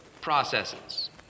processes